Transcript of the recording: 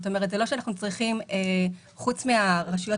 זה לא שאנחנו צריכים פרט לרשויות